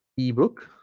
ebook